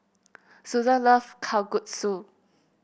Suzann love Kalguksu